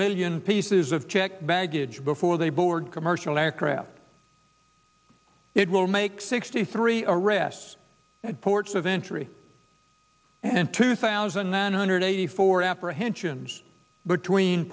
million pieces of checked baggage before they board commercial aircraft it will make sixty three arrests at ports of entry and two thousand nine hundred eighty four apprehensions between